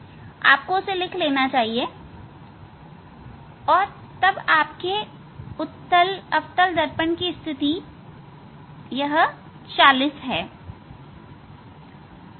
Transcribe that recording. आपको उसे लिख लेना चाहिए और तब आप के उत्तल अवतल दर्पण की स्थिति यह 40 है